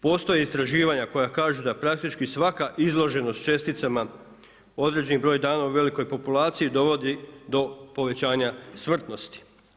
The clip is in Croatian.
Postoje istraživanja koja kažu da praktički svaka izloženost česticama određeni broj dana u velikoj populaciji dovodi po povećanja smrtnosti.